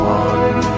one